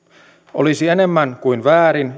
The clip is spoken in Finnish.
olisi enemmän kuin väärin